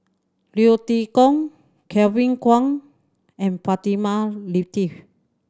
Leo Tee Tong Kevin Kwan and Fatimah Lateef